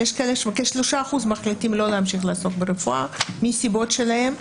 כ-3% מחליטים לא להמשיך לעסוק ברפואה מסיבות שלהם.